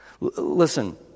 Listen